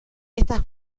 estas